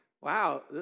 wow